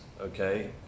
okay